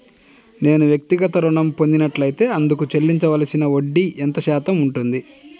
నేను వ్యక్తిగత ఋణం పొందినట్లైతే అందుకు చెల్లించవలసిన వడ్డీ ఎంత శాతం ఉంటుంది?